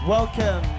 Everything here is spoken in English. Welcome